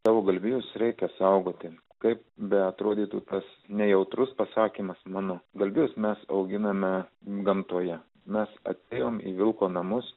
tavo galvijus reikia saugoti kaip beatrodytų tas nejautrus pasakymas mano valgius mes auginame gamtoje mes atėjome į vilko namus